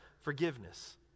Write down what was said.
forgiveness